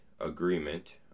agreement